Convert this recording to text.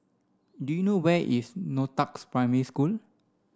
do you know where is Northoaks Primary School